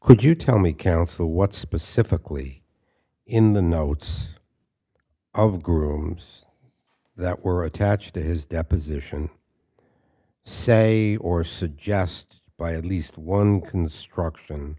could you tell me council what specifically in the notes of the groups that were attached to his deposition say or suggest by at least one construction